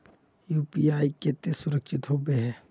UPI केते सुरक्षित होबे है?